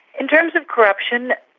in terms of corruption,